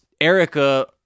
Erica